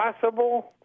possible